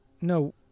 No